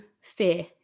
fear